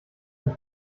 and